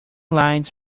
lines